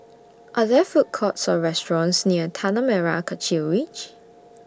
Are There Food Courts Or restaurants near Tanah Merah Kechil Ridge